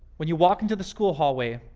when you walk into the school hallway,